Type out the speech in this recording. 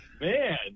man